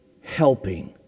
helping